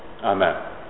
Amen